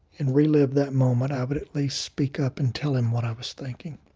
and relive that moment, i would at least speak up and tell him what i was thinking.